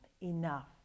enough